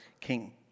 king